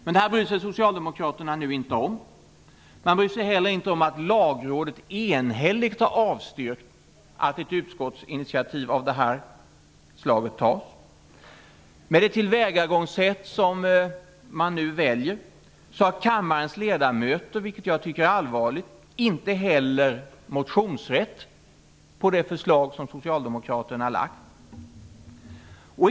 Men det här bryr sig Socialdemokraterna nu inte om. De bryr sig inte heller om att Lagrådet enhälligt har avstyrkt att ett utskottsinitiativ av det här slaget tas. Med det tillvägagångssätt man nu väljer har kammarens ledamöter, vilket jag tycker är allvarligt, inte heller motionsrätt på det förslag som Socialdemokraterna lagt.